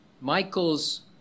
Michael's